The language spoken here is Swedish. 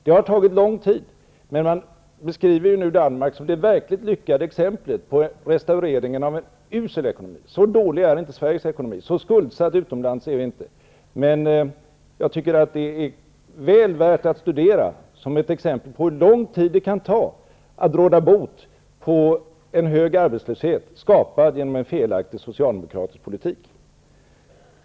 Det har tagit lång tid, men man beskriver nu Danmark som det verkligt lyckade exemplet på restaurering av en usel ekonomi. Så dålig är inte Sveriges ekonomi. Så skuldsatta utomlands är vi inte. Men jag tycker att det är väl värt att studera Danmark som ett exempel på hur lång tid det kan ta att råda bot på en hög arbetslöshet, skapad genom en felaktig socialdemokratisk politik.